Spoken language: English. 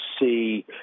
see